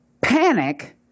panic